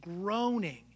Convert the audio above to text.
groaning